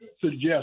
suggest